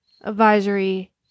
advisory